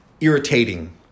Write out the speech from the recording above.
irritating